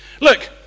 Look